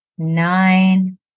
Nine